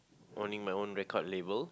owning my own record label